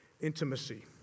Intimacy